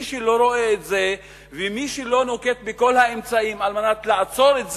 מי שלא רואה את זה ומי שלא נוקט את כל האמצעים לעצור את זה,